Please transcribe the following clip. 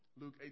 Luke